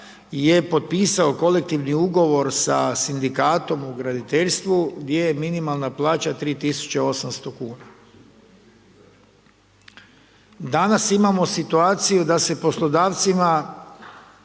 je potpisao kolektivni ugovor sa sindikatom u graditeljstvu gdje je minimalna plaća 3800 kuna. Danas imamo situaciju da se poslodavcima